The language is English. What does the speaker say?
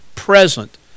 present